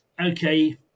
okay